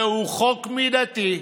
זהו חוק מידתי,